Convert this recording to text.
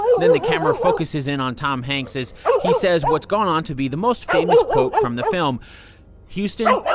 then the camera focuses in on tom hanks as he says what's gone on to be the most famous quote from the film houston,